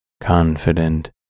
confident